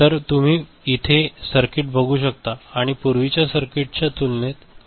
तर तुम्ही इथे हे सर्किट बघू शकता आणि पूर्वीच्या सर्किट च्या तूलनेत किती समानता आहे ते बघू शकता